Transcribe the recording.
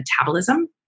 metabolism